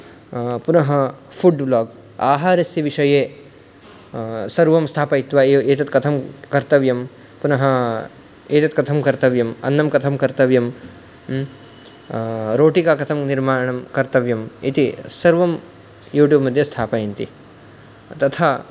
पुनः food blog आहारस्य विषये सर्वं स्थापयित्वा एतत् कथं कर्तव्यं पुनः एतत् कथं कर्तव्यम् अन्नं कथं कर्तव्यं रोटिका कथं निर्माणं कर्तव्यम् इति सर्वं यूट्यूब् मध्ये स्थापयन्ति तथा